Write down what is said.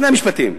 שני משפטים.